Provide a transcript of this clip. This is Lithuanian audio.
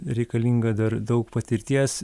reikalinga dar daug patirties